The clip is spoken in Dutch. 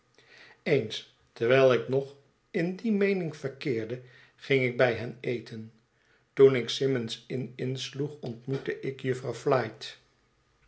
eens terwijl ik nog in die meening verkeerde ging ik bij hen eten toen ik symond's inn insloeg ontmoette ik jufvrouw flite